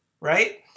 right